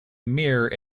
mere